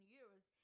euros